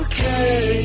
Okay